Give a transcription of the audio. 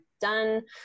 done